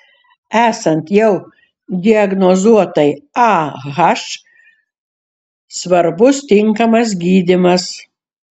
esant jau diagnozuotai ah svarbus tinkamas gydymas